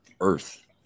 earth